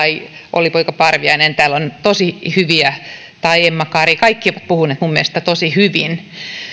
olli poika parviainen ja emma kari täällä on ollut tosi hyviä kaikki ovat puhuneet minun mielestäni tosi hyvin katsoin itse